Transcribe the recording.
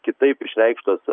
kitaip išreikštos